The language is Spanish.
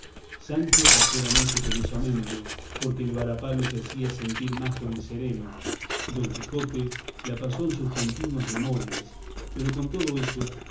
sancho pasó la noche penosamente porque el varapalo se hacía más sentir con el sereno don quijote la pasó en sus continuas memorias pero con todo eso